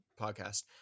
podcast